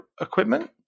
equipment